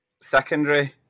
Secondary